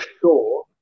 sure